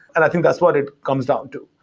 and i think that's what it comes down to.